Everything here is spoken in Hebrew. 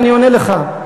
אני עונה לך.